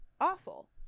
awful